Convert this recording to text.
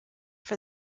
for